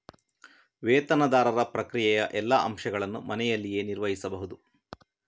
ವೇತನದಾರರ ಪ್ರಕ್ರಿಯೆಯ ಎಲ್ಲಾ ಅಂಶಗಳನ್ನು ಮನೆಯಲ್ಲಿಯೇ ನಿರ್ವಹಿಸಬಹುದು